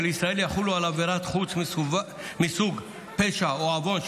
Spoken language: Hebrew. ישראל יחולו על עבירת חוץ מסוג פשע או עוון,